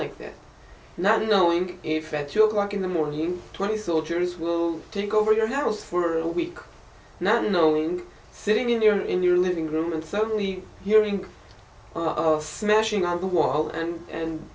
like that not knowing if at your clock in the morning twenty soldiers will take over your house for a week now knowing sitting in your in your living room and suddenly hearing of smashing on the wall and